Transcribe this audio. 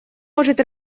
может